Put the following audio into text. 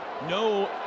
No